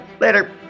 later